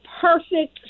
perfect